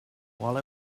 while